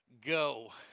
go